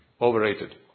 overrated